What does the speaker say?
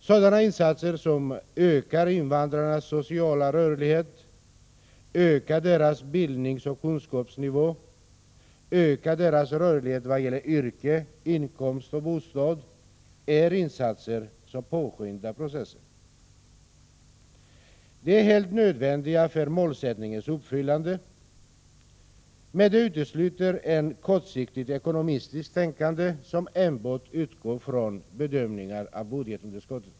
Sådana insatser som ökar invandrarnas sociala rörlighet, ökar deras bildningsoch kunskapsnivå, ökar deras rörlighet vad gäller yrke, inkomst och bostad, är insatser som påskyndar processen. De är helt nödvändiga för målsättningens uppfyllande, men de utesluter ett kortsiktigt ekonomiskt tänkande som enbart utgår från bedömningar av budgetunderskottet.